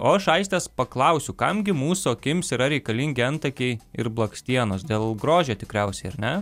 o aš aistės paklausiu kam gi mūsų akims yra reikalingi antakiai ir blakstienos dėl grožio tikriausiai ar ne